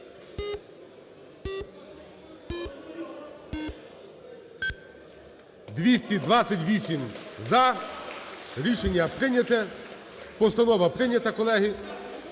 228 - за. Рішення прийняте. Постанова прийнята, колеги.